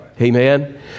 Amen